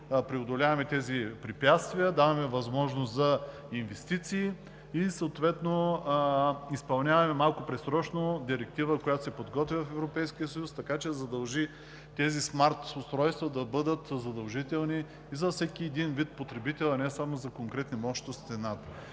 преодоляваме тези препятствия, даваме възможност за инвестиции и съответно изпълняваме малко предсрочно Директива, която се подготвя в Европейския съюз, така че да задължи тези смарт устройства да бъдат задължителни за всеки един вид потребител, а не само за конкретни мощности.